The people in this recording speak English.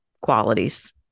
qualities